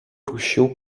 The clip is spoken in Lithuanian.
rūšių